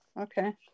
okay